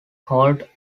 hold